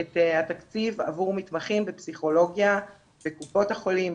את התקציב עבור מתמחים בפסיכולוגיה בקופות החולים,